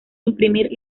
imprimir